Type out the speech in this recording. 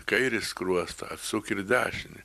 kairį skruostą atsuk ir dešinį